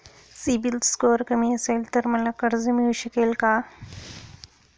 CIBIL score कमी असेल तर मला कर्ज मिळू शकेल का?